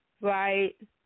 right